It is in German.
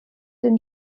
den